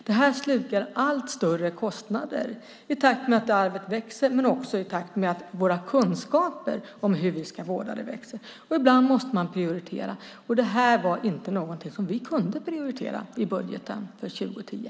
Det innebär allt större kostnader i takt med att arvet växer men också i takt med våra kunskaper om hur vi ska vårda det växer. Ibland måste man prioritera, och detta var inte något som vi kunde prioritera i budgeten för 2010.